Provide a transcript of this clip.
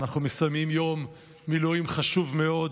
אנחנו מסיימים יום מילואים חשוב מאוד